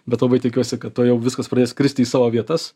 bet labai tikiuosi kad tuojau viskas pradės kristi į savo vietas